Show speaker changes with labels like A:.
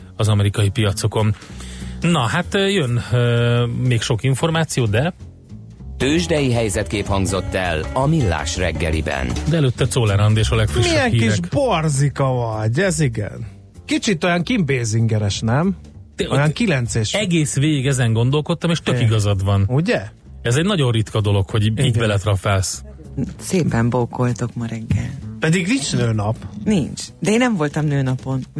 A: az amerikai piacokon. Na, hát, jön, ö, még sok információ, de-
B: Tőzsdei helyzetkép hangzott el a Millás reggeliben.
A: De előtte Czoller Andés a legfrissebb
C: Milyen
A: hírek.
C: kis borzika vagy, ez igen. Kicsit olyan Kim Basingeres, nem?
A: Te-
C: Olyan
A: te-
C: kilences-
A: egész végig ezen gondolkodtam, és tök
C: Igen.
A: igazad van.
C: Ugye?
A: Ez egy nagyon ritka dolog, hogy így
C: Igen.
A: beletrafálsz.
D: Szépen bókoltok ma reggel.
C: Pedig nincs nőnap.
D: Nincs. De én nem voltam nőnapon.